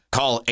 Call